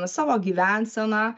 savo gyvenseną